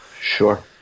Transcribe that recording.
Sure